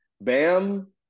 Bam